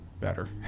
better